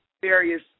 various